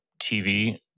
TV